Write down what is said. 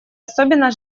особенно